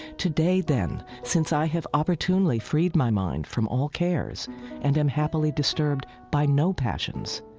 today, then, since i have opportunely freed my mind from all cares and am happily disturbed by no passions,